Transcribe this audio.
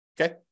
Okay